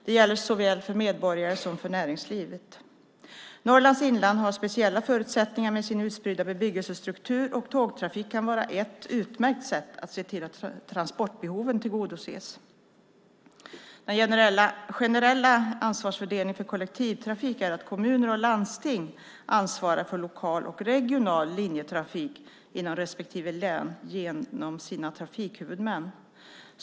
Det gäller för såväl medborgare som näringsliv. Norrlands inland har speciella förutsättningar med sin utspridda bebyggelsestruktur. Tågtrafik kan vara ett utmärkt sätt att se till att transportbehoven tillgodoses. Den generella ansvarsfördelningen för kollektivtrafik är att kommuner och landsting ansvarar för lokal och regional linjetrafik inom respektive län genom sina trafikhuvudmän.